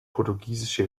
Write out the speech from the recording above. portugiesische